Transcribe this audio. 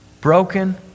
Broken